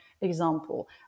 example